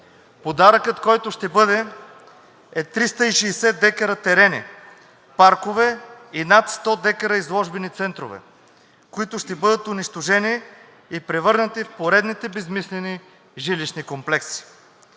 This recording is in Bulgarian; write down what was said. Подаръкът, който ще бъде, е 360 дка терени паркове и над 100 дка изложбени центрове, които ще бъдат унищожени и превърнати в поредните безсмислени жилищни комплекси.